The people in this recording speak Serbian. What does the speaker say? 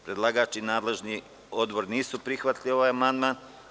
Predlagač i nadležni odbor nisu prihvatili ovaj amandman.